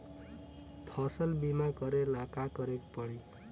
फसल बिमा करेला का करेके पारी?